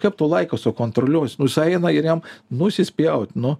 kaip tu laiką sukontroliuosi nu jis eina ir jam nusispjaut nu